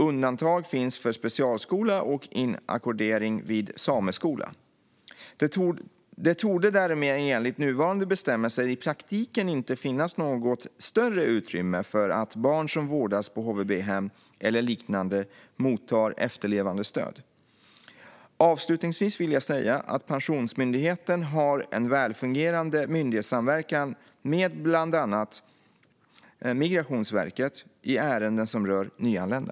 Undantag finns för specialskola och inackordering vid sameskola. Det torde därmed enligt nuvarande bestämmelser i praktiken inte finnas något större utrymme för att barn som vårdas på HVB-hem eller liknande mottar efterlevandestöd. Avslutningsvis vill jag säga att Pensionsmyndigheten har en välfungerande myndighetssamverkan med bland annat Migrationsverket i ärenden som rör nyanlända.